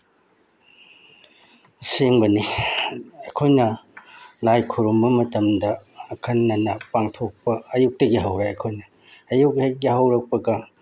ꯑꯁꯦꯡꯕꯅꯤ ꯑꯩꯈꯣꯏꯅ ꯂꯥꯏ ꯈꯨꯔꯨꯝꯕ ꯃꯇꯝꯗ ꯑꯈꯟꯅꯅ ꯄꯥꯡꯊꯣꯛꯄ ꯑꯌꯨꯛꯇꯒꯤ ꯍꯧꯔꯦ ꯑꯩꯈꯣꯏꯅ ꯑꯌꯨꯛ ꯍꯦꯛ ꯌꯥꯍꯧꯔꯛꯄꯒ